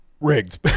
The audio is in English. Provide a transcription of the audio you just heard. Rigged